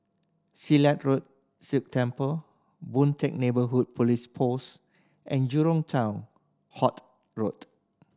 Silat Road Sikh Temple Boon Teck Neighbourhood Police Post and Jurong Town Hall Road